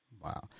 Wow